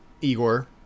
Igor